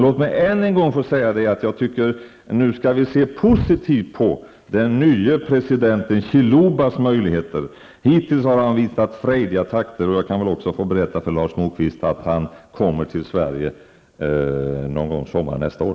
Låt mig än en gång få säga att jag tycker att vi nu skall se positivt på den nye presidenten Chilubas möjligheter. Hittills har han visat frejdiga takter. Jag kan väl också berätta för Lars Moquist att president Chiluba kommer till Sverige någon gång under sommaren nästa år.